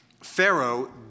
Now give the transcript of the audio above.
Pharaoh